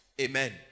Amen